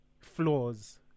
flaws